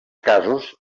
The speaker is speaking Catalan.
casos